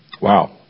Wow